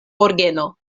orgeno